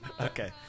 Okay